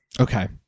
okay